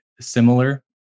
similar